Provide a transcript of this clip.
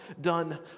done